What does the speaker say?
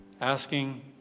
asking